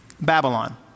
Babylon